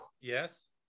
yes